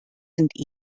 sind